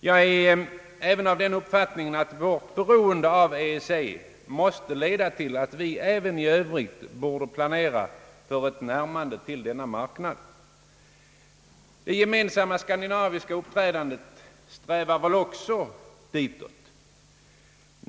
Jag är också av den uppfattningen, att vårt beroende av EEC måste leda till att vi även i övrigt borde planera för ett närmande till denna marknad. Det gemensamma skandinaviska uppträdandet strävar väl också ditåt?